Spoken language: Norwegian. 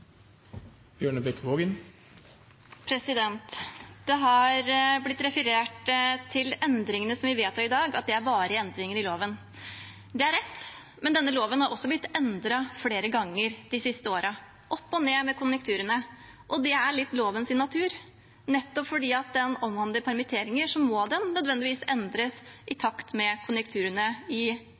varige endringer i loven. Det er rett. Men denne loven har også blitt endret flere ganger de siste årene – opp og ned med konjunkturene. Og det er litt av lovens natur. Nettopp fordi den omhandler permitteringer, må den nødvendigvis endres i takt med konjunkturene i